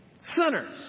Sinners